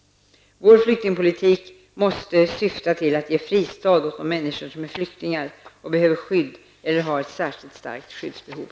Vår flyktingpolitik måste syfta till att ge fristad åt de människor som är flyktingar och behöver skydd eller har ett särskilt starkt skyddsbehov.